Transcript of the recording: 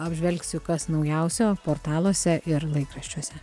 apžvelgsiu kas naujausio portaluose ir laikraščiuose